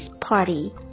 Party